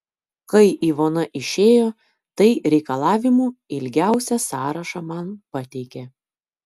kai ivona išėjo tai reikalavimų ilgiausią sąrašą man pateikė